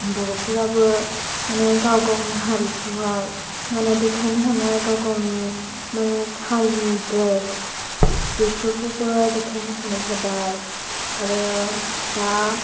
बर'फोराबो माने गाव गावनि हारिखौ हाय माने देखायनो हानाय गाव गावनि माने हारिनि द्रेस बेफोरखौबो देखायनो हानाय जाबाय आरो दा